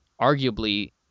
arguably